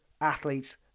athletes